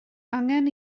angen